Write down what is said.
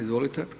Izvolite.